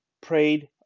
prayed